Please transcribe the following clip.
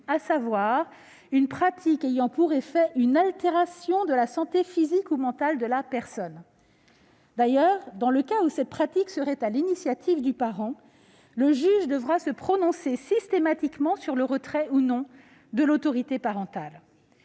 d'une pratique ayant pour effet une altération de la santé physique ou mentale de la personne. D'ailleurs, dans le cas où cette pratique serait à l'initiative du parent, le juge devra se prononcer systématiquement sur le retrait ou non de l'autorité parentale.